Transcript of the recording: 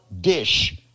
dish